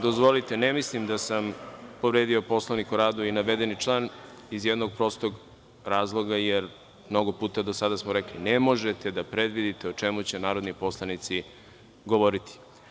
Dozvolite, ne mislim da sam povredio Poslovnik o radu i navedeni član iz jednog prostog razloga jer mnogo puta do sada smo rekli, ne možete da predvidite o čemu će narodni poslanici govoriti.